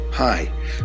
Hi